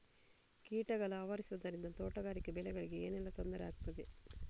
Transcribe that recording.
ಕೀಟಗಳು ಆವರಿಸುದರಿಂದ ತೋಟಗಾರಿಕಾ ಬೆಳೆಗಳಿಗೆ ಏನೆಲ್ಲಾ ತೊಂದರೆ ಆಗ್ತದೆ?